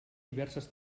diverses